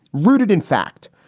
rooted, in fact,